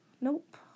Nope